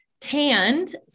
tanned